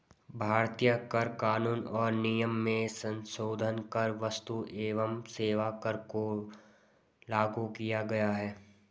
भारतीय कर कानून और नियम में संसोधन कर क्स्तु एवं सेवा कर को लागू किया गया है